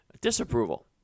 disapproval